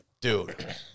Dude